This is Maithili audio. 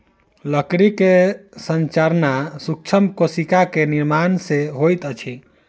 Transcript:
लकड़ी के संरचना सूक्ष्म कोशिका के निर्माण सॅ होइत अछि